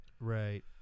Right